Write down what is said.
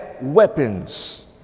weapons